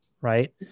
right